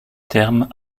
terme